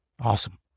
Awesome